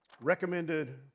recommended